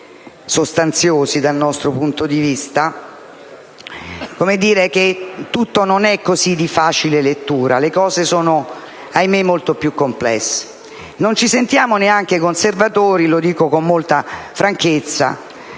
Non ci sentiamo neanche conservatori - lo dico con molta franchezza